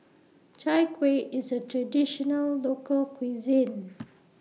Chai Kueh IS A Traditional Local Cuisine